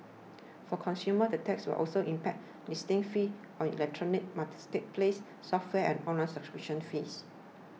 for consumers the tax will also impact listing fees on electronic marketplaces software and online subscription fees